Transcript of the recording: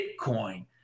Bitcoin